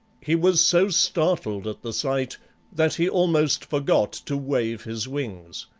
he was so startled at the sight that he almost forgot to wave his wings.